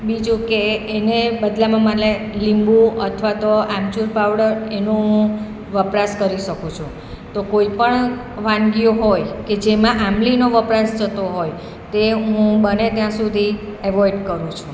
બીજું કે એને બદલામાં મને લીંબુ અથવા તો આમચૂર પાવડર એનું વપરાશ કરી શકું છું તો કોઈપણ વાનગીઓ હોય કે જેમાં આંબલીનો વપરાશ થતો હોય તે હું બને ત્યાં સુધી એવોઇડ કરું છું